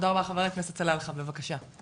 ח"כ סלאלחה בבקשה.